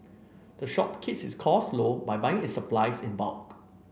the shop cases costs low by buying its supplies in bulk